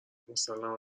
مسلما